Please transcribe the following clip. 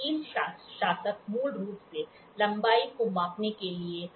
steel शासक मूल रूप से लंबाई को मापने के लिए था